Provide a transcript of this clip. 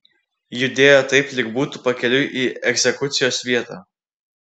judėjo taip lyg būtų pakeliui į egzekucijos vietą